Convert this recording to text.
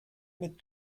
mit